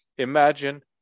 Imagine